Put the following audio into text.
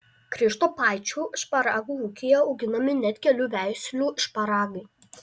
krištopaičių šparagų ūkyje auginami net kelių veislių šparagai